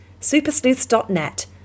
supersleuths.net